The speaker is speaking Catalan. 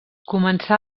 començà